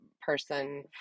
person